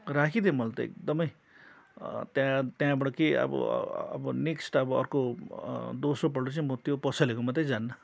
राखिदिएँ मैले त एकदमै त्यहाँ त्यहाँबाट के अब अब नेक्स्ट अब अर्को दोस्रोपल्ट चाहिँ म त्यो पसलेकोमा चाहिँ जान्न